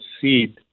seed